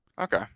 Okay